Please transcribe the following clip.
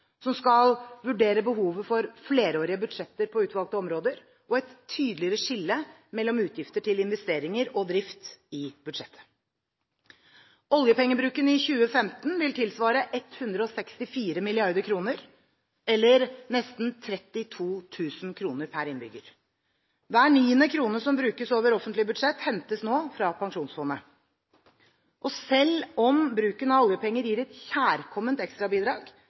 som skal vurdere behovet for flerårige budsjetter på utvalgte områder og et tydeligere skille mellom utgifter til investeringer og drift i budsjettet. Oljepengebruken i 2015 vil tilsvare 164 mrd. kr, eller nesten 32 000 kr per innbygger. Hver niende krone som brukes over offentlige budsjetter, hentes nå fra pensjonsfondet. Selv om bruken av oljepenger gir et kjærkomment